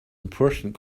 important